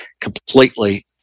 completely